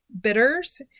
bitters